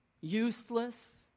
Useless